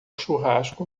churrasco